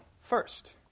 first